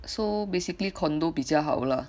so basically condo 比较好啦